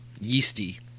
yeasty